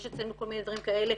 יש אצלנו כל מיני דברים כאלה,